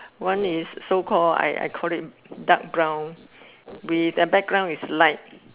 one is so called I I call it dark brown with the background is light